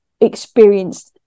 experienced